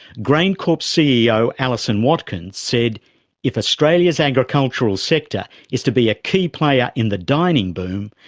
graincorp's ceo alison watkins said if australia's agricultural sector is to be a key player in the dining boom,